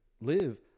live